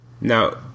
Now